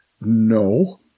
no